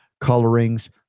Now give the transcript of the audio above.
colorings